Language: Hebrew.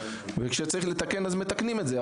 וכשצריך לתקן אז מתקנים את זה.